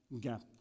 gap